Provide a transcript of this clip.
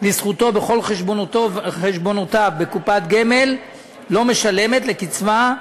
בכל חשבונותיו בקופת גמל לא משלמת לקצבה,